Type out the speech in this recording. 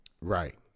Right